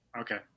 Okay